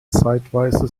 zeitweise